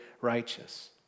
righteous